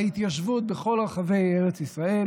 להתיישבות בכל רחבי ארץ ישראל